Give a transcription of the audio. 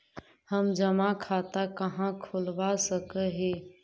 हम जमा खाता कहाँ खुलवा सक ही?